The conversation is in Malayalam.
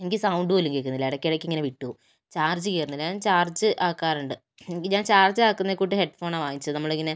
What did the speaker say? എനിക്ക് സൗണ്ട് പോലും കേൾക്കുന്നില്ല ഇടക്ക് ഇടക്കിങ്ങനെ വിട്ടുപോകും ചാർജ് കയറുന്നില്ല ഞാൻ ചാർജ് ആക്കാറുണ്ട് ഞാൻ ചാർജ് ആക്കുന്ന കൂട്ട് ഹെഡ് ഫോണാണ് വാങ്ങിച്ചത് നമ്മളിങ്ങനെ